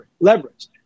leverage